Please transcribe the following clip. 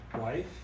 wife